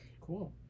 Cool